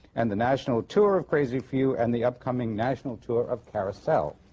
and the national tour of crazy for you, and the upcoming national tour of carousel.